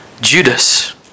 Judas